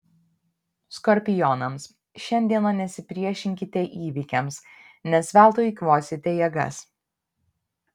skorpionams šiandieną nesipriešinkite įvykiams nes veltui eikvosite jėgas